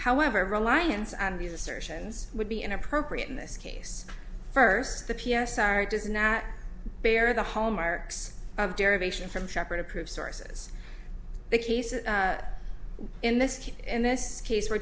however reliance on the assertions would be inappropriate in this case first the p s r does not bear the hallmarks of derivation from shepherd approved sources the cases in this case in this case we're